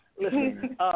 Listen